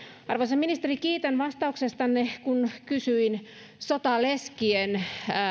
arvoisa ministeri kiitän vastauksestanne kun kysyin sotaleskien